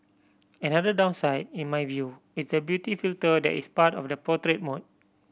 another downside in my view is the beauty filter that is part of the portrait mode